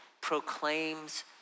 proclaims